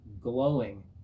glowing